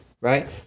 right